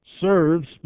serves